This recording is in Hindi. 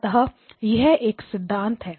अतः यह एक सिद्धांत है